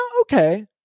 okay